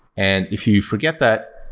and if you forget that,